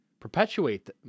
perpetuate